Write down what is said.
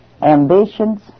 ambitions